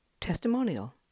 testimonial